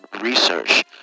research